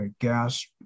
gas